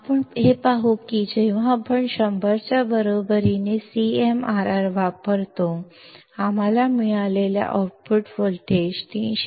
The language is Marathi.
आपण हे पाहू की जेव्हा आपण 100 च्या बरोबरीने CMRR वापरतो आम्हाला मिळालेले आउटपुट व्होल्टेज 313